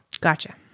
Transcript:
Gotcha